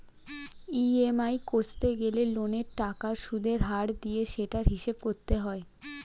EMI কষতে গেলে লোনের টাকার সুদের হার দিয়ে সেটার হিসাব করতে হয়